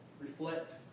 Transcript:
Reflect